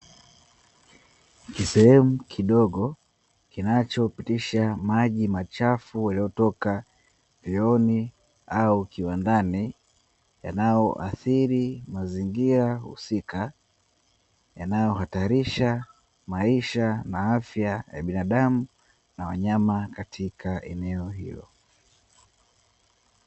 Kisehemu kidogo kinachopitisha maji machafu yaliyotoka vyooni au kiwandani yanayoathiri mazingira husika, yanayohatarisha maisha na afya ya binadamu na wanyama katika eneo hilo.